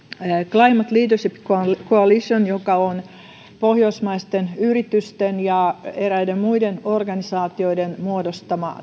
climate leadership coalition joka on pohjoismaisten yritysten ja eräiden muiden organisaatioiden muodostama